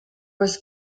was